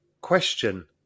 Question